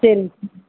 சரிங்க